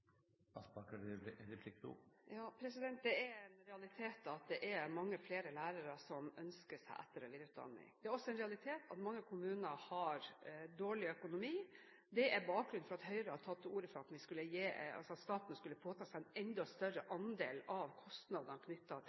Det er en realitet at det er mange flere lærere som ønsker seg etter- og videreutdanning. Det er også en realitet at mange kommuner har dårlig økonomi. Det er bakgrunnen for at Høyre har tatt til orde for at staten skulle påta seg en enda større andel av kostnadene knyttet til